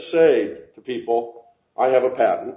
say to people i have a p